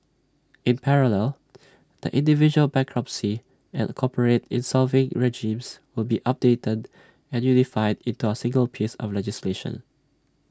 in parallel the individual bankruptcy and corporate in solving regimes will be updated and unified into A single piece of legislation